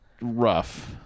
rough